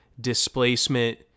displacement